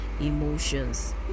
emotions